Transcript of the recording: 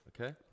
okay